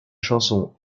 chanson